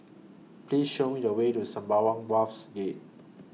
Please Show Me The Way to Sembawang Wharves Gate